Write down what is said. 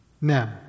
Now